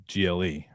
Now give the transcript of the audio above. GLE